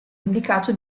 indicato